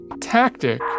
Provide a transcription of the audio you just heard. tactic